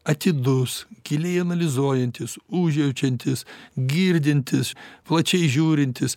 atidus giliai analizuojantis užjaučiantys girdintys plačiai žiūrintys